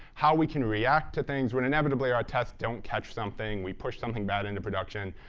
how we can react to things when inevitably our tests don't catch something, we push something bad into production.